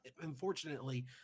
unfortunately